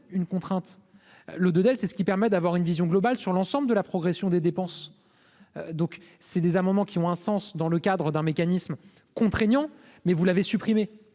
une contrainte le Del c'est ce qui permet d'avoir une vision globale sur l'ensemble de la progression des dépenses, donc c'est des un moment qui ont un sens, dans le cadre d'un mécanisme contraignant mais vous l'avez supprimé